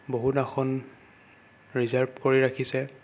বহুত আসন ৰিজাৰ্ভ কৰি ৰাখিছে